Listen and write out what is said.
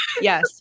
Yes